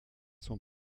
son